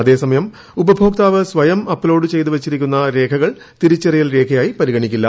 അതേസമയം ഉപഭോക്താവ് സ്വയം അപ്ലോഡ് ചെയ്തു വെച്ചിരി ക്കുന്ന രേഖകൾ തിരിച്ചറിയൽ രേഖയായി പരിഗണിക്കില്ല